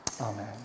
Amen